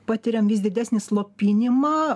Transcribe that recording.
patiriam vis didesnį slopinimą